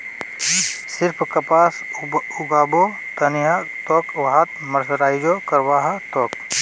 सिर्फ कपास उगाबो त नी ह तोक वहात मर्सराइजो करवा ह तोक